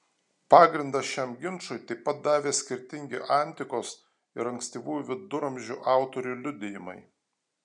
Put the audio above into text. pagrindą šiam ginčui taip pat davė skirtingi antikos ir ankstyvųjų viduramžių autorių liudijimai